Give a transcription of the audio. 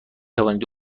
توانید